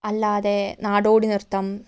അല്ലാതെ നാടോടി നൃത്തം